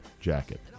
jacket